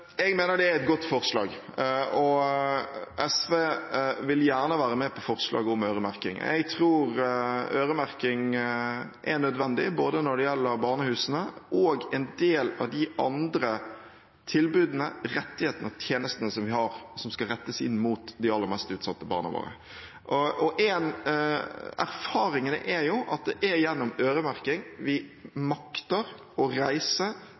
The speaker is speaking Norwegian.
Jeg mener det er et godt forslag, og SV vil gjerne være med på forslaget om øremerking. Jeg tror øremerking er nødvendig når det gjelder både barnehusene og en del av de andre tilbudene, rettighetene og tjenestene vi har som skal rettes inn mot de aller mest utsatte barna våre. Erfaringene er at det er gjennom øremerking vi makter å reise